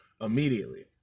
immediately